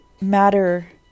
matter